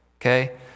okay